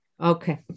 Okay